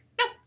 nope